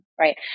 right